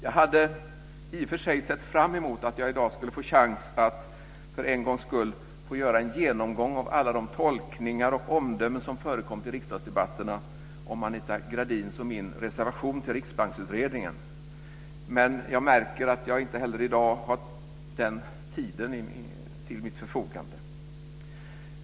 I och för sig hade jag sett fram emot att i dag få chansen att för en gångs skull göra en genomgång av alla de tolkningar och omdömen som förekommit i riksdagsdebatterna om Anita Gradins och min reservation till Riksbanksutredningen men jag märker att jag inte heller i dag har den tiden till mitt förfogande.